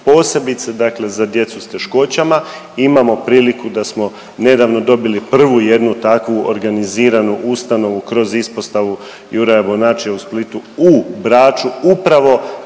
Posebice dakle za djecu s teškoćama. Imamo priliku da smo nedavno dobili prvu jednu takvu organiziranu ustanovu kroz ispostavu Juraja Bonačija u Splitu u Braču upravo